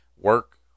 work